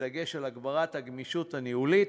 בדגש על הגברת הגמישות הניהולית